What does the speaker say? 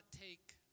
take